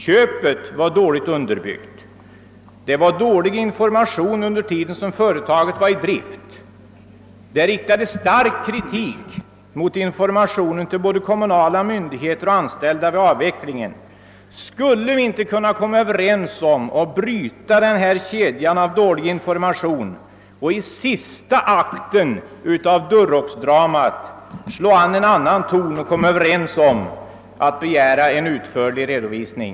Köpet var dåligt underbyggt. Det var dålig information under den tid då företaget var i drift. Det riktades stark kritik mot informationen till både kommunala myndigheter och anställda vid avvecklingen. Skulle vi inte kunna komma överens om att bryta denna kedja av dålig information och i sista akten av Duroxdramat anslå en annan ton och komma överens om att begära en utförlig redovisning?